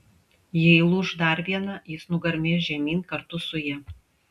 jei lūš dar viena jis nugarmės žemyn kartu su ja